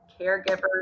caregivers